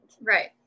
Right